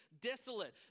desolate